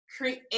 Create